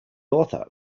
author